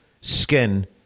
skin